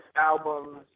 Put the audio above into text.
album's